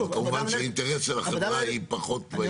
כמובן שהאינטרס של החברה הוא פחות בעניין הזה.